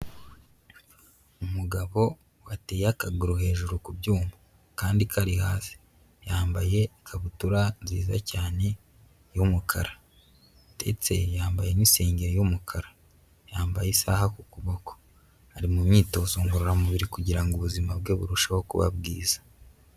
Umugabo wateye akaguru hejuru kubyuma akandi kari hasi, yambaye ikabutura nziza cyane y'umukara ndetse yambaye n'isengeri y'umukara. Yambaye isaha ku kuboko ari mu myitozo ngororamubiri kugira ngo ubuzima bwe burusheho kuba bwiza.